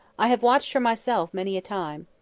i have watched her myself many a time.